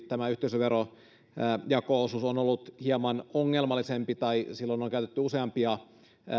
tämä yhteisöveron jako osuus on työkaluna tietysti ollut hieman ongelmallisempi tai silloin on käytetty useampia